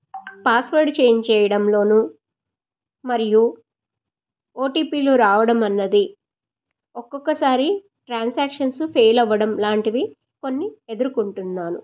password change చేయడంలో మరియు ఓటీపీలు రావడం అన్నది ఒక్కొక్కసారి ట్రాన్సాక్షన్సు ఫెయిల్ అవ్వడం లాంటివి కొన్ని ఎదుర్కొంటున్నాను